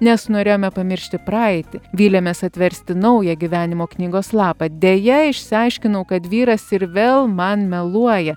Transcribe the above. nes norėjome pamiršti praeitį vylėmės atversti naują gyvenimo knygos lapą deja išsiaiškinau kad vyras ir vėl man meluoja